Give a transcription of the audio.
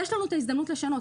יש לנו את ההזדמנות לשנות.